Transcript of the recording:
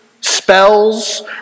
spells